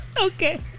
okay